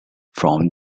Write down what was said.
from